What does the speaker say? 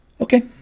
Okay